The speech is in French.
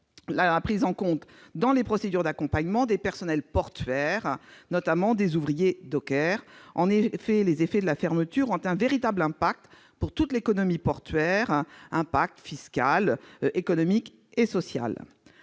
la prise en compte dans les procédures d'accompagnement des personnels portuaires, notamment des ouvriers dockers. En effet, la fermeture aura des effets sur toute l'économie portuaire, avec un impact fiscal, économique et social.